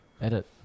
edit